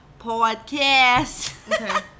Podcast